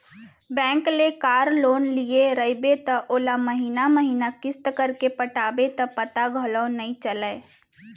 bank ले car loan लिये रइबे त ओला महिना महिना किस्त करके पटाबे त पता घलौक नइ चलय